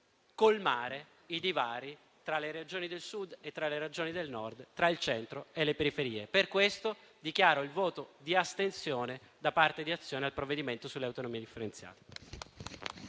di colmare i divari tra le Regioni del Sud e le Regioni del Nord, tra il centro e le periferie. Per questo motivo, dichiaro il voto di astensione da parte di Azione al provvedimento sull'autonomia differenziata.